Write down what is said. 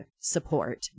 support